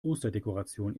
osterdekoration